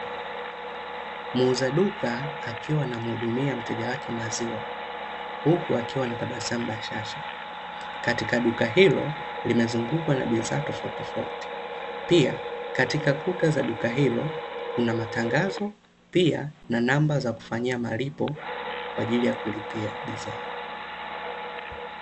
Muuza duka akiwa anamuhudumia mteja wake maziwa huku akiwa ana tabasamu bashasha. Katika duka hilo limezungukwa na bidhaa tofautitofauti. Pia, katika kuta za duka hilo kuna matangazo, pia, na namba za kufanyia malipo kwa ajili ya kulipia bidhaa.